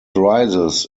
rises